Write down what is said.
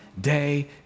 day